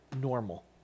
normal